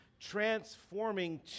transforming